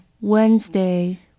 Wednesday